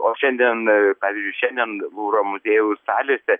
o šiandien pavyzdžiui šiandien luvro muziejaus salėse